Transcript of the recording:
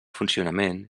funcionament